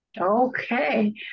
Okay